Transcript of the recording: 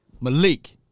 Malik